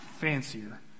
fancier